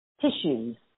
tissues